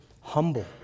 humble